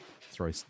throw